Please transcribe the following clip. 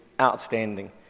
outstanding